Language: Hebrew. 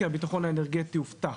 כי הביטחון האנרגטי הובטח.